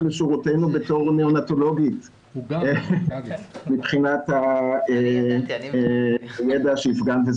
לשורותינו בתור ניאונטולוגית מבחינת הידע שהפגנת.